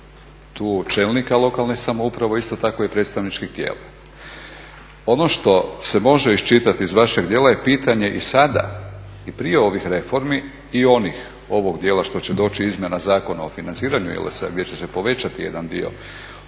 od čelnika lokalne samouprave a isto tako i predstavničkih tijela. Ono što se može iščitati iz vašeg dijela je pitanje i sada i prije ovih reformi i onih, ovog dijela što će doći izmjena Zakona o financiranju gdje će se povećati jedan dio prihoda